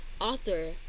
author